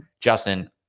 Justin